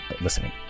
listening